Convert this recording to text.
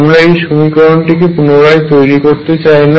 আমরা এই সমীকরণটিকে পুনরায় তৈরি করতে চাই না